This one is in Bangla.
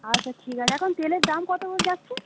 আচ্ছা ঠিক আছে এখন তেলের দাম কত করে যাচ্ছে